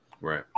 Right